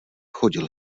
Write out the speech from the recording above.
chodil